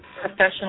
professional